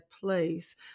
place